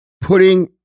putting